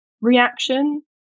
reaction